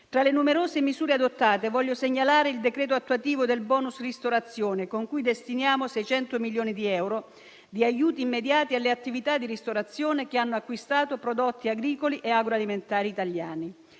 Tra le numerose misure adottate, voglio segnalare il decreto attuativo del *bonus* ristorazione, con cui destiniamo 600 milioni di euro di aiuti immediati alle attività di ristorazione che hanno acquistato prodotti agricoli e agroalimentari italiani.